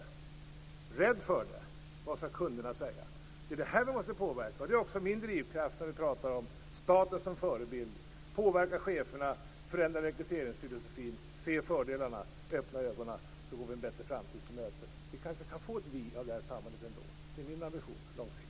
De är rädda för dem och tänker: Vad skall kunderna säga? Det är detta vi måste påverka. Det är också min drivkraft när vi pratar om staten som förebild. Det gäller att påverka cheferna, förändra rekryteringsfilosofin, se fördelarna, öppna ögonen. Då går vi en bättre framtid till mötes. Vi kanske kan få ett vi-samhälle ändå. Det är min långsiktiga ambition.